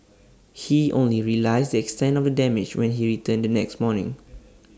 he only realised the extent of the damage when he returned the next morning